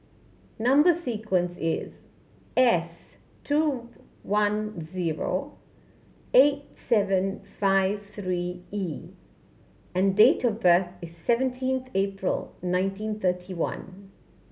number sequence is S two one zero eight seven five three E and date of birth is seventeenth April nineteen thirty one